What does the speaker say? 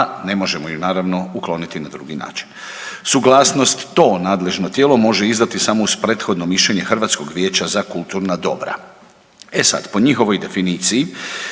ne možemo ju naravno ukloniti na drugi način. Suglasnost to nadležno tijelo može izdati samo uz prethodno mišljenje Hrvatskog vijeća za kulturna dobra. E sad, po njihovoj definiciji